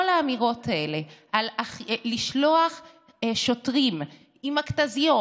כל האמירות האלה על לשלוח שוטרים עם מכת"זיות,